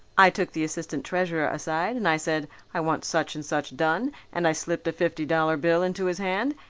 i took the assistant treasurer aside and i said, i want such and such done and i slipped a fifty dollar bill into his hand.